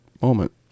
moment